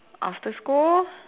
after school